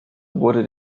wurde